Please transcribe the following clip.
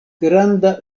granda